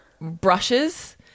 brushes